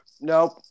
Nope